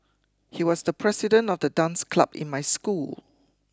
he was the president of the dance club in my school